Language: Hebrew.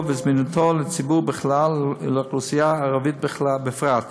ובזמינותו לציבור בכלל ולאוכלוסייה הערבית בפרט,